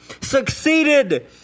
succeeded